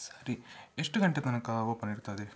ಸರಿ ಎಷ್ಟು ಗಂಟೆ ತನಕ ಓಪನ್ ಇರ್ತದೆ